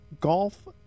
golf